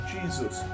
Jesus